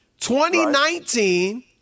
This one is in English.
2019